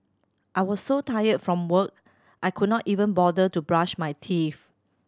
I was so tired from work I could not even bother to brush my teeth